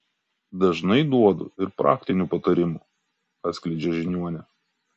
dažnai duodu ir praktinių patarimų atskleidžia žiniuonė